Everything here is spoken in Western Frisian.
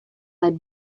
leit